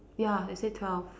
ya they say twelve